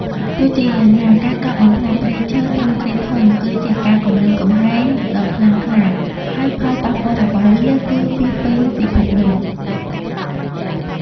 ទោះជាយ៉ាងណា ការកាប់បំផ្លាញព្រៃឈើទ្រង់ទ្រាយធំ គឺជាការគំរាមកំហែងដ៏ខ្លាំងខ្លា ហើយផលប៉ះពាល់របស់វា គឺពាសពេញពិភពលោក។